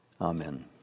Amen